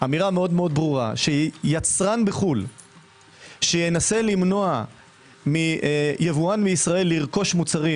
אמירה מאוד ברורה שיצרן בחו"ל שינסה למנוע מיבואן מישראל לרכוש מוצרים